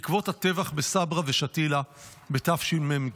בעקבות הטבח בסברה ושתילה בתשמ"ג.